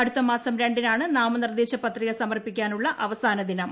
അടുത്ത മാസം രണ്ടിന് ആണ് നാമനിർദ്ദേശ പത്രിക സമർപ്പിക്കാനുളള അവസാന ദിനം